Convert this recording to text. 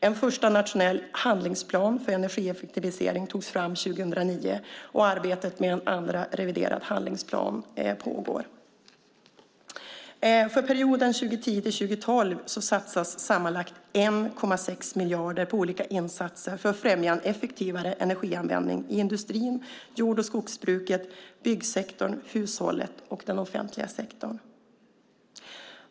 En första nationell handlingsplan för energieffektivisering togs fram 2009, och arbetet med en andra, reviderad handlingsplan pågår. För perioden 2010-2012 satsas sammanlagt 1,6 miljarder på olika insatser för att främja en effektivare energianvändning i industrin, jord och skogsbruket, byggsektorn, hushållen och den offentliga sektorn.